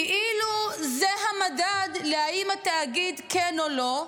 כאילו זה המדד אם התאגיד, כן או לא,